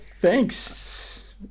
thanks